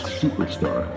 superstar